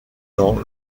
dans